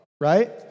right